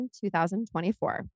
2024